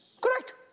Correct